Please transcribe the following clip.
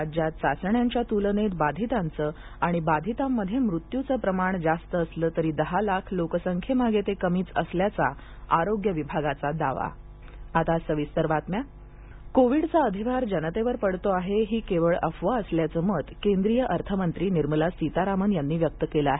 राज्यात चाचण्यांच्या तूलनेत बाधितांचं आणि बाधितांमध्ये मृत्यूचं प्रमाण जास्त असलं तरी दहा लाख लोकसंख्येमागे ते कमीच असल्याचा आरोग्य विभागाचा दावा सीतारामन कोविडचा अधिभार जनतेवर पडतो आहे ही केवळ अफवा असल्याचं मत केंद्रीय अर्थमंत्री निर्मला सीतारामन यांनी व्यक्त केलं आहे